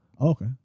Okay